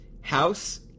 House